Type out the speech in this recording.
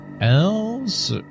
else